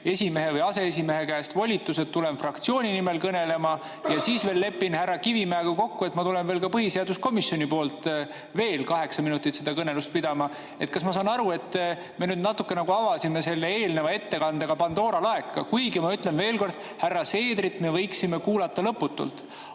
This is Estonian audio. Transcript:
esimehe või aseesimehe käest volitused ja tulen fraktsiooni nimel kõnelema, ja siis lepin veel härra Kivimäega kokku, et ma tulen veel põhiseaduskomisjoni nimel kaheksaminutilist kõnet pidama? Kas ma saan aru, et me nüüd natukene nagu avasime selle eelneva ettekandega Pandora laeka? Kuigi ma ütlen veel kord, et härra Seederit me võiksime kuulata lõputult.